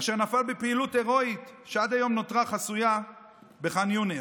אשר נפל בפעילות הירואית שעד היום נותרה חסויה בח'אן יונס.